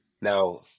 Now